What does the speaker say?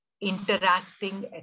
Interacting